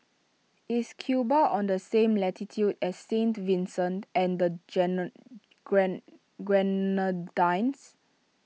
Is Cuba on the same latitude as Saint Vincent and the Grenadines